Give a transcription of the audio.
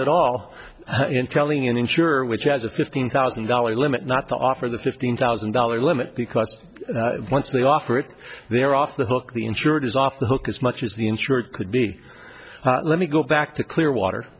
at all in telling an insurer which has a fifteen thousand dollars limit not to offer the fifteen thousand dollar limit because once they offer it they are off the hook the insured is off the hook as much as the insurer could be let me go back to clearwater